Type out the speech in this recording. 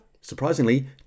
surprisingly